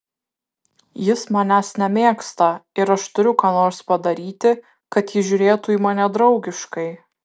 jis manęs nemėgsta ir aš turiu ką nors padaryti kad jis žiūrėtų į mane draugiškai